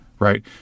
Right